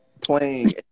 playing